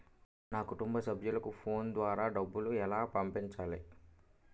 నా కుటుంబ సభ్యులకు ఫోన్ ద్వారా డబ్బులు ఎలా పంపించాలి?